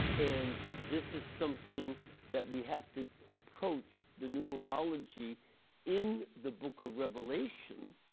and this is something that we have to approach the numerology in the book of revelation